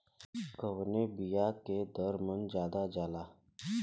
कवने बिया के दर मन ज्यादा जाला?